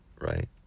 right